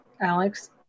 Alex